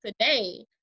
today